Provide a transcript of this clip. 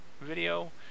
video